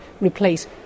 replace